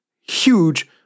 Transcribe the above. huge